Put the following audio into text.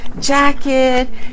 jacket